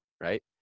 Right